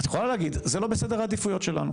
את יכולה להגיד, זה לא בסדר העדיפויות שלנו.